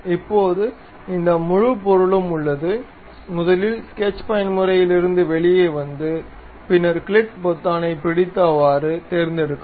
இப்போது இந்த முழு பொருளும் உள்ளது முதலில் ஸ்கெட்ச் பயன்முறையிலிருந்து வெளியே வந்து பின்னர் கிளிக் பொத்தானை பிடித்தவாறு தேர்ந்தெடுக்க்கவும்